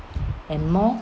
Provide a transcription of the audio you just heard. and more